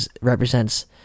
represents